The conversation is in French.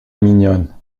mignonne